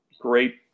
Great